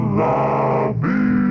lobby